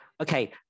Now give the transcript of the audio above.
Okay